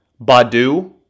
Badu